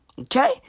Okay